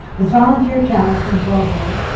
the volunteer talent from broadway,